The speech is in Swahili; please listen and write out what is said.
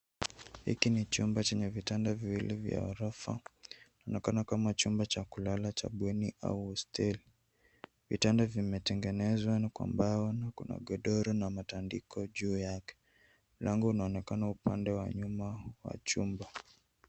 Hiki ni chumba chenye vitanda viwili vya ghorofa. Inaonekana kama chumba cha kulala cha bweni au hosteli. Vitanda vimetengenezwa kwa bao na kuna godoro na matandiko juu yake. Mlango unaonekana upande wa nyuma wa chumba.